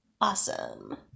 awesome